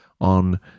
on